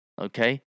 okay